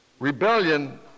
Rebellion